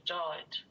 died